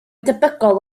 debygol